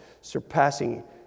surpassing